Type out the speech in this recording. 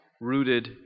rooted